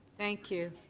thank you.